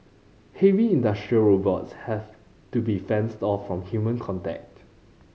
heavy industrial robots have to be fenced off from human contact